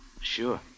Sure